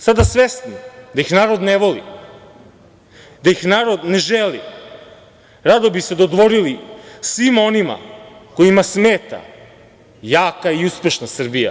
Sada svesni da ih narod ne voli, da ih narod ne želi, rado bi se dodvorili svima onima kojima smeta jaka i uspešna Srbija.